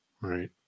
Right